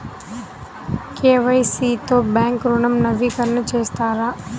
KYC తో bank ఋణం నవీకరణ చేస్తారా?